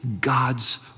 God's